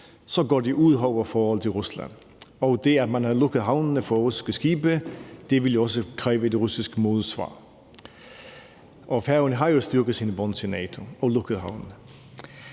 går det ud over forholdet til Rusland, og at det, at man havde lukket havnene for russiske skibe, også ville kræve et russisk modsvar. Og Færøerne har jo styrket sine bånd til NATO og lukket havnene.